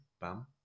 Bam